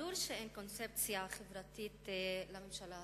ברור שאין קונספציה חברתית לממשלה הזאת.